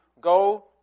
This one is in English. go